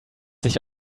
sich